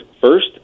first